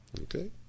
Okay